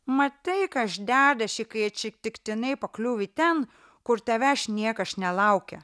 matai kas dedasi kai atsitiktinai pakliūvi ten kur tavęs niekas nelaukia